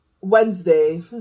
Wednesday